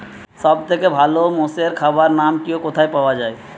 সব থেকে ভালো মোষের খাবার নাম কি ও কোথায় পাওয়া যায়?